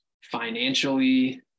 financially